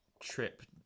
trip